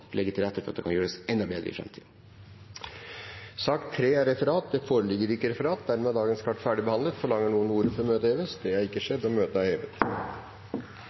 legge til rette for at det kan gjøres enda bedre i fremtiden. Dermed er sak nr. 2 ferdigbehandlet. Det foreligger ikke referat. Dermed er sakene på dagens kart ferdigbehandlet. Forlanger noen ordet før møtet heves? – Møtet er hevet.